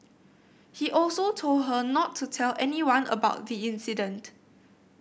he also told her not to tell anyone about the incident